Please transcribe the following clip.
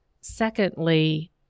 Secondly